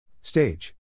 Stage